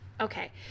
Okay